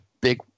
big